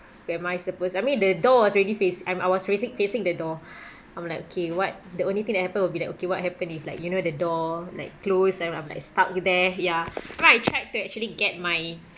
where my slippers I mean the door was already face I'm I was facing facing the door I'm like okay what the only thing that happened will be like okay what happen if like you know the door like close and I'm like stuck there ya but I tried to actually get my